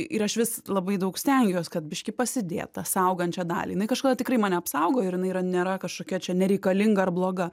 ir aš vis labai daug stengiuos kad biškį pasidėt tą saugančią dalį kažkada tikrai mane apsaugojo ir jinai yra nėra kažkokia čia nereikalinga ar bloga